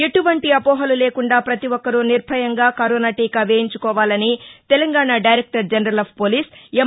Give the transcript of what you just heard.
ఎటువంటి అపోహలు లేకుండా ప్రతి ఒక్కరు నిర్భయంగా కరోనా టీకా వేయించుకోవాలని Telangana director general of police M